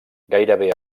gairebé